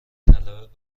طلب